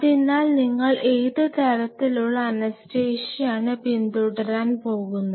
അതിനാൽ നിങ്ങൾ ഏത് തരത്തിലുള്ള അനസ്തേഷ്യയാണ് പിന്തുടരാൻ പോകുന്നത്